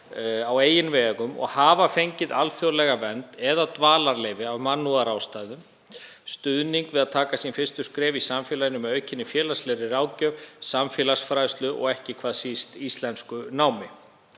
á eigin vegum og hafa fengið alþjóðlega vernd eða dvalarleyfi af mannúðarástæðum stuðning við að taka sín fyrstu skref í samfélaginu með aukinni félagslegri ráðgjöf, samfélagsfræðslu og ekki síst íslenskunámi.